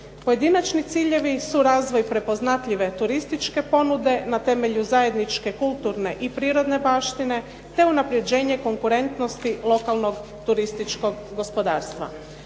Pojedinačni ciljevi su razvoj prepoznatljive turističke ponude na temelju zajedničke kulturne i prirodne baštine te unapređenje konkurentnosti lokalnog turističkog gospodarstva.